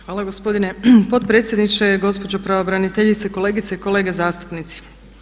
Hvala gospodine potpredsjedniče, gospođo pravobraniteljice, kolegice i kolege zastupnici.